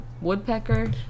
woodpecker